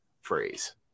phrase